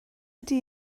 ydy